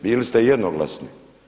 Bili ste jednoglasni.